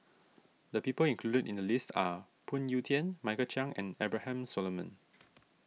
the people included in the list are Phoon Yew Tien Michael Chiang and Abraham Solomon